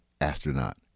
astronaut